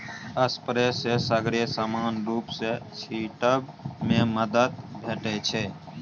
sprayer सँ सगरे समान रुप सँ छीटब मे मदद भेटै छै